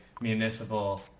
municipal